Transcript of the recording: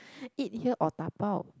eat here or dabao